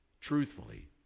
truthfully